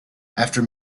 after